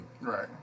Right